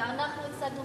שאנחנו הצגנו בוועדת,